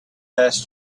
passed